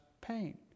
pain